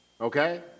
Okay